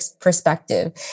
perspective